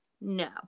no